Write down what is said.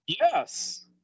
Yes